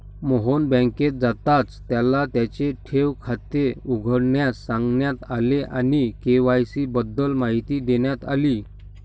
मोहन बँकेत जाताच त्याला त्याचे ठेव खाते उघडण्यास सांगण्यात आले आणि के.वाय.सी बद्दल माहिती देण्यात आली